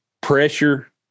pressure